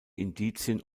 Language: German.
indizien